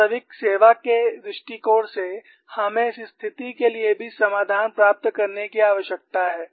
वास्तविक सेवा के दृष्टिकोण से हमें इस स्थिति के लिए भी समाधान प्राप्त करने की आवश्यकता है